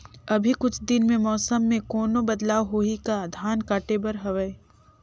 अभी कुछ दिन मे मौसम मे कोनो बदलाव होही का? धान काटे बर हवय?